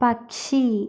പക്ഷി